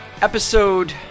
episode